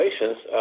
relations